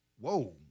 Whoa